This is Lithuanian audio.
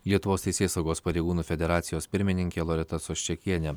lietuvos teisėsaugos pareigūnų federacijos pirmininkė loreta soščekienė